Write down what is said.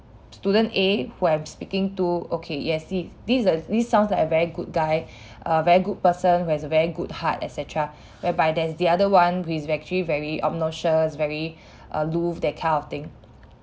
student A who I'm speaking to okay yes he is this is this sounds like a very good guy err very good person who has a very good heart et cetera whereby there's the other one who is actually very obnoxious very aloof that kind of thing